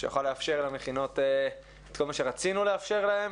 שיוכל לאפשר למכינות את כל מה שרצינו לאפשר להם